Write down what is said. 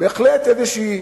בהחלט איזושהי